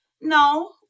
No